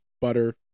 butter